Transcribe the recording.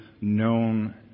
known